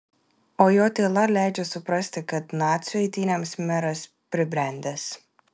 o jo tyla leidžia suprasti kad nacių eitynėms meras pribrendęs